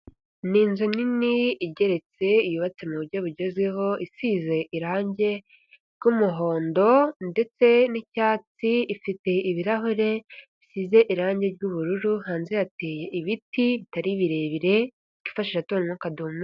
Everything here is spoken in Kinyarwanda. Ni inzu nini igeretse, yubatse mu buryo bugezweho, isize irangi ry'umuhondo ndetse n'icyatsi, ifite ibirahure bisize irangi ry'ubururu, hanze hateye ibiti bitari birebire.